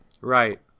Right